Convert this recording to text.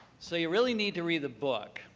so you really need to read the book.